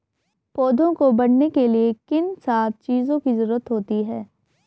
पौधों को बढ़ने के लिए किन सात चीजों की जरूरत होती है?